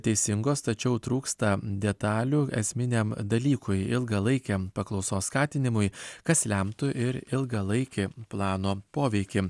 teisingos tačiau trūksta detalių esminiam dalykui ilgalaikiam paklausos skatinimui kas lemtų ir ilgalaikį plano poveikį